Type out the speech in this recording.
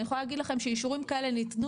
אני יכולה להגיד לכם שאישורים כאלה ניתנו